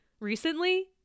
recently